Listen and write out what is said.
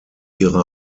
ihre